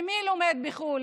ומי לומד בחו"ל?